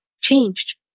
changed